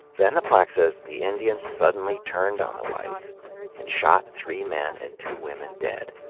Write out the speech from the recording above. then the plaque says the indians suddenly turned on the whites and shot three men and two women dead.